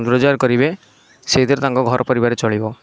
ରୋଜଗାର କରିବେ ସେଇଥିରେ ତାଙ୍କ ଘର ପରିବାର ଚଳିବ